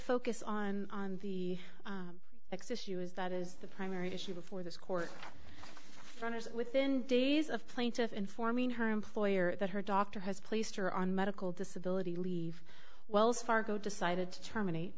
focus on the x issue is that is the primary issue before this court runner's within days of plaintiff informing her employer that her doctor has placed her on medical disability leave wells fargo decided to terminate